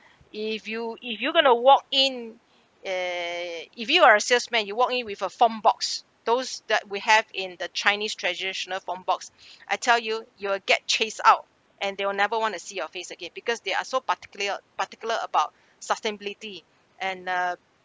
if you if you going to walk in eh if you are a salesman you walk in with a form box those that we have in the chinese traditional form box I tell you you're get chase out and they will never want to see your face again because they are so particular particular about sustainability and uh